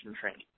training